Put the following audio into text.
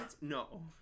No